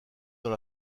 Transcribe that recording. dans